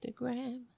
instagram